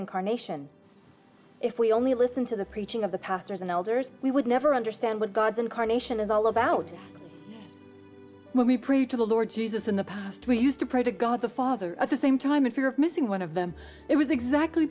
incarnation if we only listen to the preaching of the pastors and elders we would never understand what god's incarnation is all about when we pray to the lord jesus in the past we used to pray to god the father at the same time in fear of missing one of them it was exactly